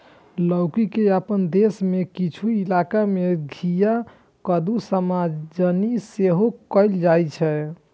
लौकी के अपना देश मे किछु इलाका मे घिया, कद्दू, सजमनि सेहो कहल जाइ छै